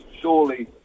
Surely